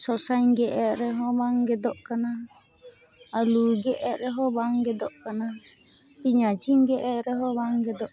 ᱥᱚᱥᱟᱧ ᱜᱮᱫ ᱮᱫ ᱨᱮᱦᱚᱸ ᱵᱟᱝ ᱜᱮᱫᱚᱜ ᱠᱟᱱᱟ ᱟᱹᱞᱩ ᱜᱮᱫ ᱮᱫ ᱨᱮᱦᱚᱸ ᱵᱟᱝ ᱜᱮᱫᱚᱚᱜ ᱠᱟᱱᱟ ᱯᱮᱭᱟᱡᱤᱧ ᱜᱮᱫ ᱮᱫ ᱨᱮᱦᱚᱸ ᱵᱟᱝ ᱜᱮᱫᱚᱜ ᱠᱟᱱᱟ